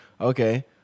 Okay